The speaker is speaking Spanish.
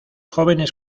jóvenes